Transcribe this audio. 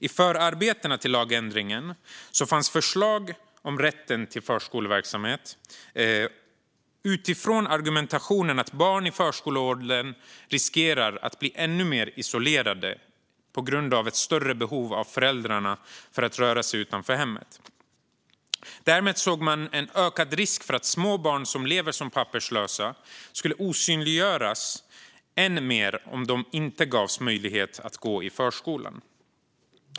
I förarbetena till lagändringen fanns förslag om rätten till förskoleverksamhet utifrån argumentationen att barn i förskoleåldern riskerar att bli ännu mer isolerade på grund av ett större behov av föräldrar för att röra sig utanför hemmet. Därmed såg man en ökad risk för att små barn som lever som papperslösa skulle osynliggöras än mer om de inte gavs möjlighet att gå i förskolan.